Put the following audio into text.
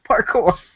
Parkour